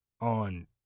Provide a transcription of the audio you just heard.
on